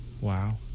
Wow